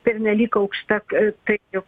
pernelyg aukšta a taip juk